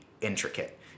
intricate